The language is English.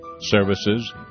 services